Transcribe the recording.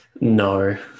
No